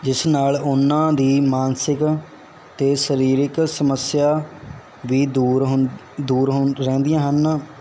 ਜਿਸ ਨਾਲ ਉਹਨਾਂ ਦੀ ਮਾਨਸਿਕ ਅਤੇ ਸਰੀਰਕ ਸਮੱਸਿਆ ਵੀ ਦੂਰ ਹੁ ਦੂਰ ਰਹਿੰਦੀਆਂ ਹਨ